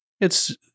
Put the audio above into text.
It's-